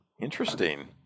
interesting